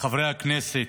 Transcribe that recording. חברי הכנסת,